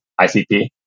ICP